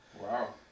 Wow